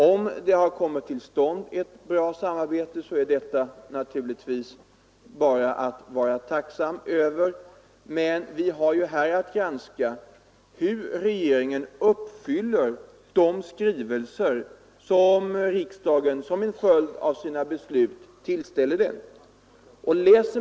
Om ett tillfredsställande samarbete kommit till stånd är det bara att vara tacksam över, men vi har här att granska hur regeringen uppfyller de skrivelser som riksdagen som en följd av sina beslut tillställer den.